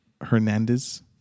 Hernandez